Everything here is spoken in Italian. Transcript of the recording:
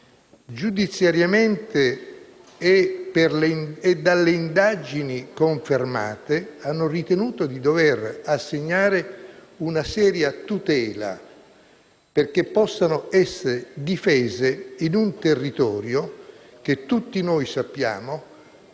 giudiziariamente, per ragioni serie confermate dalle indagini, di dover assegnare una seria tutela perché possano essere difese in un territorio che tutti noi sappiamo